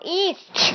east